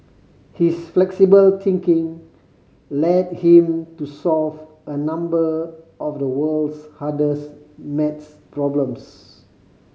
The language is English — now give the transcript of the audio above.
his flexible thinking led him to solve a number of the world's hardest maths problems